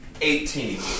Eighteen